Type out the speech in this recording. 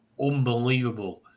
unbelievable